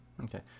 Okay